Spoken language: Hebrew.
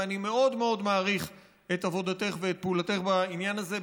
ואני מאוד מאוד מעריך את עבודתך ואת פעולתך בעניין הזה.